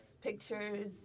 pictures